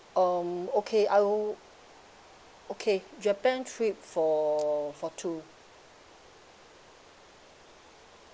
um okay I'll okay japan trip for for two